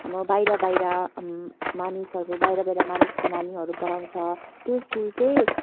हाम्रो बाहिर बाहिर मानिसहरू बाहिरबाट मानिसको नानीहरू पढाउँछ त्यो स्कुल चाहिँ अलिकति